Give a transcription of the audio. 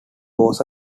was